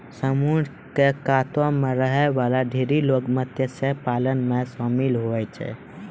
समुद्र क कातो म रहै वाला ढेरी लोग मत्स्य पालन म शामिल होय छै